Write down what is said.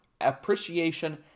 appreciation